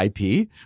IP